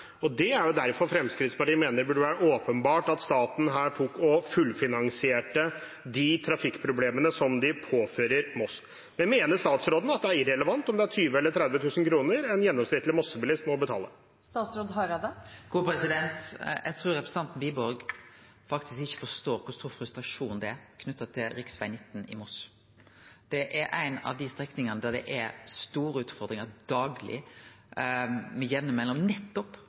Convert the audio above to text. Det er derfor Fremskrittspartiet mener det burde være åpenbart at staten her fullfinansierte de trafikkproblemene som de påfører Moss. Mener statsråden at det er irrelevant om det er 20 000 eller 30 000 kr en gjennomsnittlig bilist i Moss må betale? Eg trur faktisk ikkje representanten Wiborg forstår kor stor frustrasjon det er knytt til rv. 19 i Moss. Det er ei av dei strekningane der det er store utfordingar dagleg, med jamne mellomrom, nettopp